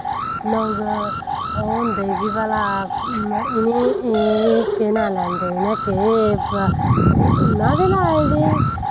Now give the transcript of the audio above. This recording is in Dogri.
लोग ओह् होंदे गी भला इनें एह् केह् नांऽ लैंदे इनें केह् इयां गै लाए दे